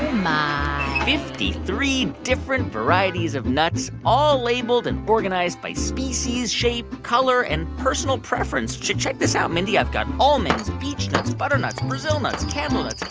my fifty-three different varieties of nuts, all labeled and organized by species, shape, color and personal preference. check check this out, mindy. i've got almonds, beechnuts, butternuts, brazil nuts, candlenut,